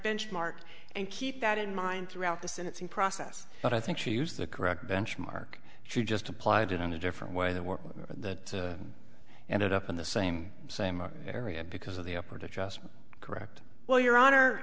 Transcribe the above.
benchmark and keep that in mind throughout the sentencing process but i think she used the correct benchmark she just applied it in a different way the work that ended up in the same same area because of the upper to just correct well your honor